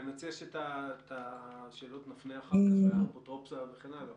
אני מציע שאת השאלות נפנה אחר כך לאפוטרופוס הכללי וכן הלאה.